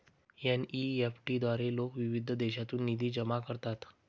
NEFT द्वारे लोक विविध देशांतून निधी जमा करतात